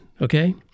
Okay